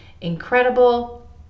incredible